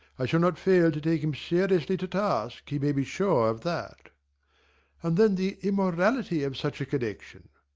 i shall not fail to take him seriously to task he may be sure of that and then the immorality of such a connection!